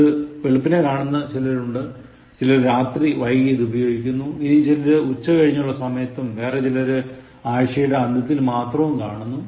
ഇത് വെളുപ്പിനെ കാണുന്ന ചിലരുണ്ട് ചിലർ രാത്രി വൈകി ഇത് ഉപയോഗിക്കുന്നു ഇനിയും ചിലർ ഉച്ചകഴിഞ്ഞുള്ള സമയത്തും വേറെ ചിലർ ആഴ്ചയുടെ അന്ത്യത്തിൽ മാത്രവും കാണുന്നു